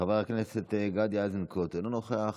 חבר הכנסת גדי איזנקוט, אינו נוכח.